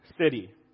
city